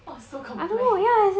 !wah! so complicated